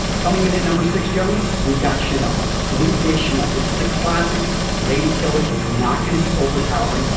coming in at number six, gentlemen, we've got chanel, blue de chanel. this is a classic lady killer. it's not going to be overpowering.